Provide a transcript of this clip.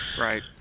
Right